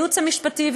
לייעוץ המשפטי,